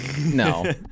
no